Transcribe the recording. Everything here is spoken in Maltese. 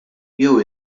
jew